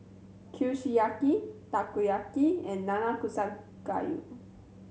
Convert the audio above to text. Kushiyaki Takoyaki and Nanakusa Gayu